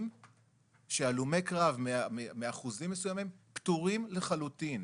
שהלומי קרב מאחוזים מסוימים פטורים לחלוטין,